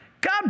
God